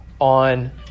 on